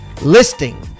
listing